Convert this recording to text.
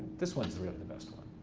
this one's really the best one.